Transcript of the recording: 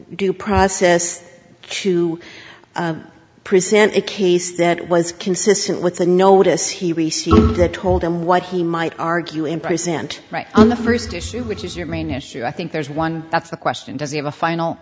due process to present a case that was consistent with the notice he received that told him what he might argue in present right on the first issue which is your main issue i think there's one that's the question does he have a final